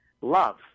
love